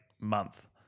month